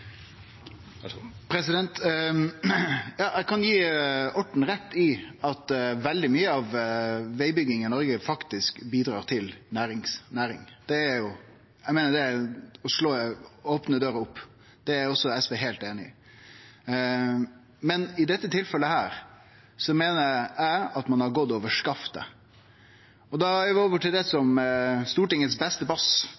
at veldig mykje av vegbygginga i Noreg faktisk bidrar til næring. Eg meiner det er å slå inn opne dører. Det er også SV heilt einig i. Men i dette tilfellet meiner eg at ein har gått heilt av skaftet. Da er vi over til det